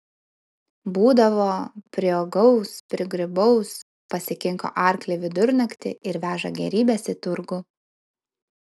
būdavo priuogaus prigrybaus pasikinko arklį vidurnaktį ir veža gėrybes į turgų